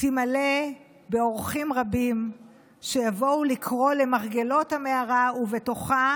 תימלא באורחים רבים שיבואו לקרוא למרגלות המערה ובתוכה